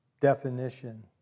definition